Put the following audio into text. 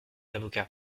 avocat